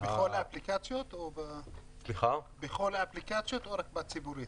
בכל האפליקציות או רק בציבורית?